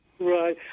Right